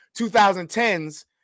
2010s